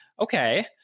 Okay